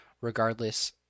regardless